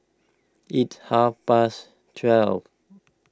its half past twelve